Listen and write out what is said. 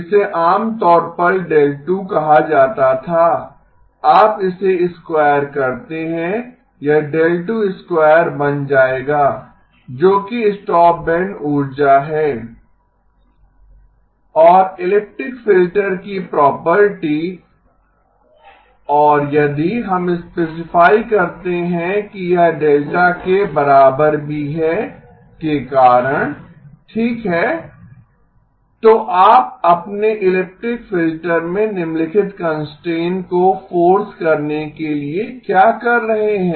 इसे आम तौर पर δ 2 कहा जाता था आप इसे स्क्वायर करते हैं यह δ2 2 बन जाएगा जोकि स्टॉपबैंड ऊर्जा है और इलिप्टिक फिल्टर की प्रॉपर्टी और यदि हम स्पेसिफाई करते हैं कि यह डेल्टा के बराबर भी है के कारण ठीक है तो आप अपने इलिप्टिक फिल्टर में निम्नलिखित कंस्ट्रेंट को फोर्स करने के लिए क्या कर रहे हैं